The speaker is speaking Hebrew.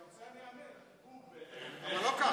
אתה רוצה, אני אענה לך, אבל לא ככה.